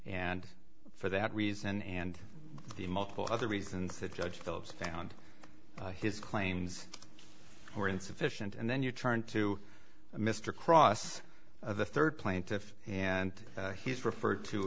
and for that reason and the multiple other reasons that judge phillips found his claims were insufficient and then you turned to mr krause the third plaintiff and he's referred to